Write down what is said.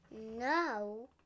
No